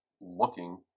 looking